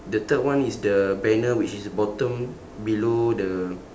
the third one is the banner which is bottom below the